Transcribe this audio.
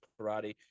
karate